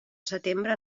setembre